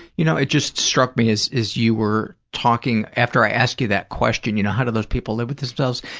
you know, it just struck me, as you were talking, after i asked you that question, you know, how do those people live with themselves,